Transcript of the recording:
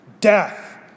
death